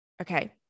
Okay